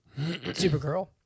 Supergirl